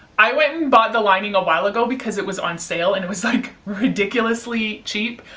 i went and bought the lining a while ago because it was on sale and it was like ridiculously cheap.